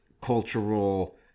cultural